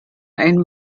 ein